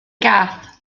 gath